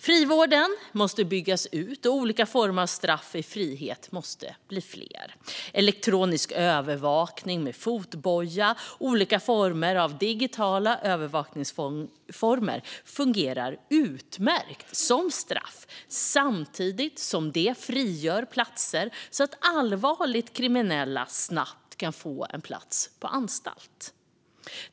Frivården måste byggas ut, och det måste bli fler former av straff i frihet. Elektronisk övervakning med fotboja och olika former av digital övervakning fungerar utmärkt som straff samtidigt som det frigör platser så att allvarligt kriminella snabbt kan få en plats på anstalt.